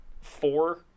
four